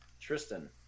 Tristan